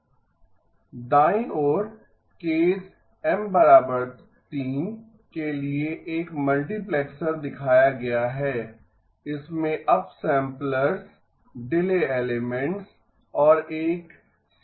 दाईं ओर केस M 3 के लिए एक मल्टिप्लेक्सर दिखाया गया है इसमें अप सैंपलर्स डिले एलिमेंट्स और एक समिंग नोड है